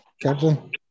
Captain